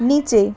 নিচে